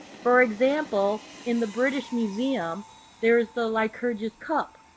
for example, in the british museum there is the lycurgus cup,